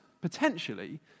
potentially